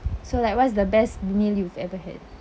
so like what's the best meal you've ever had